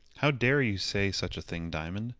how dare you say such a thing, diamond?